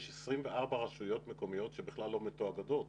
יש 24 רשויות מקומיות שבכלל לא מתואגדות,